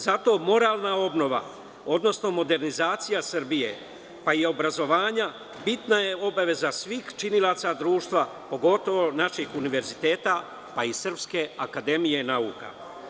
Zato, moralna obnova, odnosno modernizacija Srbije, pa i obrazovanja, bitna je obaveza svih činilaca društva, pogotovo naših univerziteta, pa i Srpske Akademije nauka.